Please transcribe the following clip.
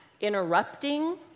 interrupting